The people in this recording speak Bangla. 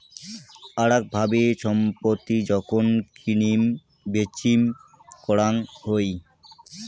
আরাক ভাবে ছম্পত্তি যখন কিনিম বেচিম করাং হই